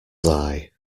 eye